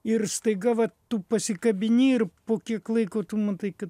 ir staiga va tu pasikabini ir po kiek laiko tu matai kad